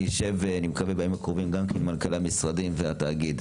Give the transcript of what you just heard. אני מקווה לשבת בימים הקרובים עם מנכ"לי המשרדים והתאגיד,